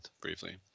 briefly